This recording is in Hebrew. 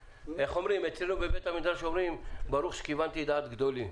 אצלנו בבית המדרש אומרים ברוך שכיוונתי לדעת גדולים.